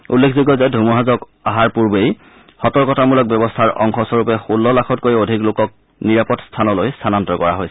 উল্লেখযোগ্য যে ধুমুহাজাক অহাৰ পূৰ্বেই সতৰ্কতামূলক ব্যৱস্থাৰ অংশৰূপে যোল্ল লাখতকৈও অধিক লোকক নিৰাপদ স্থানলৈ স্থানান্তৰ কৰা হৈছিল